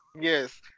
Yes